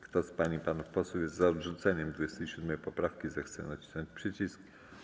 Kto z pań i panów posłów jest za odrzuceniem 27. poprawki, zechce nacisnąć przycisk.